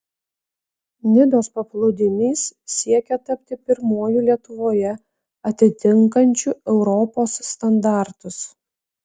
nidos paplūdimys siekia tapti pirmuoju lietuvoje atitinkančiu europos standartus